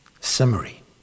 Summary